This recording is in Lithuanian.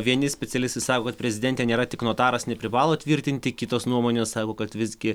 vieni specialistai sako kad prezidentė nėra tik notaras neprivalo tvirtinti kitos nuomonės sako kad visgi